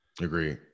Agree